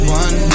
one